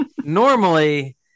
normally